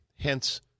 Hence